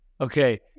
Okay